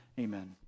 Amen